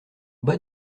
bas